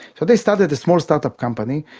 so they started a small start-up company,